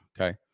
okay